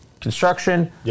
construction